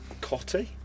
Cotty